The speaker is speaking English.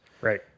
Right